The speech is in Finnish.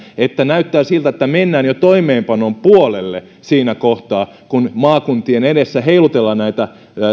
kun näyttää siltä että mennään jo toimeenpanon puolelle siinä kohtaa kun maakuntien edessä heilutellaan näitä